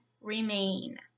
remain